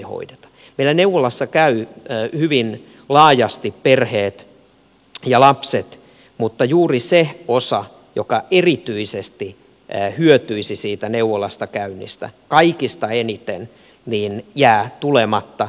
meillä neuvolassa perheet ja lapset käyvät hyvin laajasti mutta juuri se osa joka erityisesti kaikista eniten hyötyisi siitä neuvolassa käynnistä jää tulematta